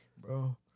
bro